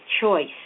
choice